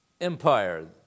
empire